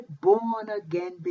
born-again